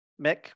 Mick